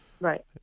Right